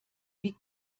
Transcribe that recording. wie